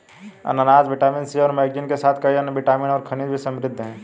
अनन्नास vitamin C और manganese के साथ कई अन्य विटामिन और खनिजों में समृद्ध हैं